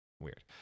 Weird